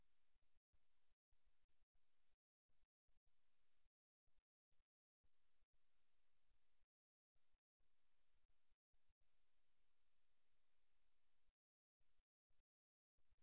சில நேரங்களில் தனது காலால் தட்டுகிற நபர் ஒரு பிரதிநிதியைக் கடந்து செல்வதில் ஆர்வம் காட்டுகிறார் அல்லது உரையாடலில் ஏதாவது சேர்க்க வேண்டும் என்றும் இந்த சூழ்நிலையில் அந்த நபருக்கு பங்கேற்கவும் பேசவும் ஒரு வாய்ப்பு வழங்கப்பட வேண்டும்